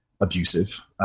abusive